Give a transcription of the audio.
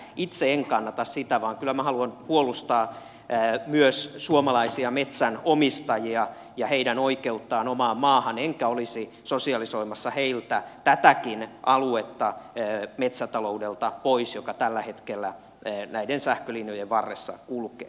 itse en kannata sitä vaan kyllä minä haluan puolustaa myös suomalaisia metsänomistajia ja heidän oikeuttaan omaan maahan enkä olisi sosialisoimassa heiltä tätäkin aluetta joka tällä hetkellä näiden sähkölinjojen varressa kulkee metsätaloudelta pois